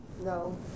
No